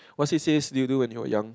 what he says he'll do when he were young